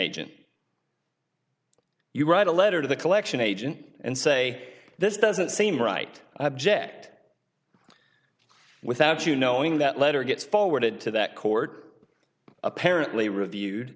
agent you write a letter to the collection agent and say this doesn't seem right i have jet without you knowing that letter gets forwarded to that court apparently reviewed